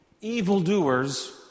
evildoers